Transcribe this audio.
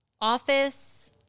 office